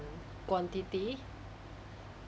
quantity